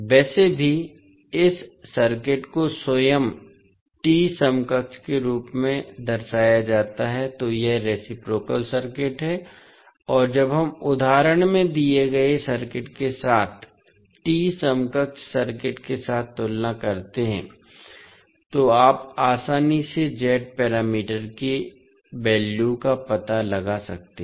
वैसे भी इस सर्किट को स्वयं T समकक्ष के रूप में दर्शाया जाता है तो यह रेसिप्रोकाल सर्किट है और जब हम उदाहरण में दिए गए सर्किट के साथ T समकक्ष सर्किट के साथ तुलना करते हैं तो आप आसानी से Z पैरामीटर के वैल्यू का पता लगा सकते हैं